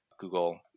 Google